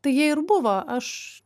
tai jie ir buvo aš